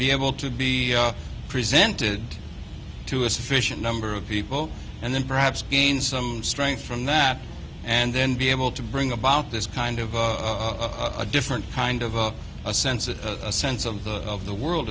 be able to be presented to a sufficient number of people and then perhaps gain some strength from that and then be able to bring about this kind of a different kind of a a sense a sense of the of the world